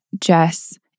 Jess